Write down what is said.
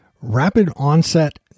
Rapid-onset